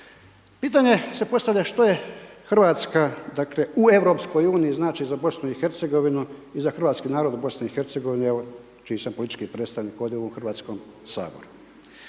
Pitanje se postavlja što je Hrvatska dakle u EU znači za BiH i hrvatski narod u BiH, evo čiji sam politički predstavnik ovdje u ovom Hrvatskom saboru.